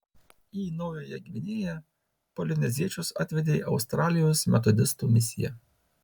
į naująją gvinėją polineziečius atvedė australijos metodistų misija